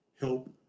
help